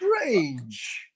strange